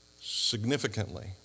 significantly